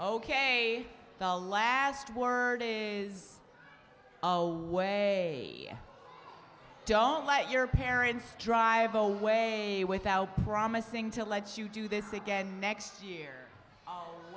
the last word is no way don't let your parents drive away without promising to let you do this again next year